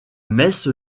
messe